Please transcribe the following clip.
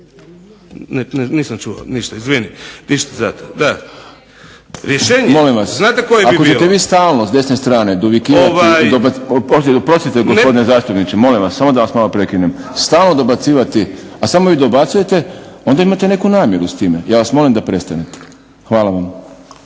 Nisam čuo. Izvini. **Šprem, Boris (SDP)** Molim vas, ako budete vi stalno s desne strane dovikivali i dobacivali. Oprostite gospodine zastupniče, molim vas, samo da vas malo prekinem, stalno dobacivati, a samo vi dobacujete, onda imate neku namjeru s time. Ja vas molim da prestanete. Hvala vam.